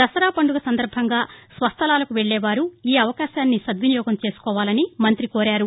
దసరా పండుగ సందర్భంగా స్వస్థలాలకు వెళ్లేవారు ఈ అవకాశాన్ని సద్వినియోగం చేసుకోవాలని మంతి కోరారు